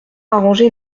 arrangé